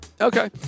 Okay